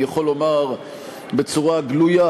אני יכול לומר בצורה גלויה,